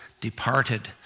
departed